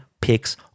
Picks